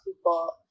People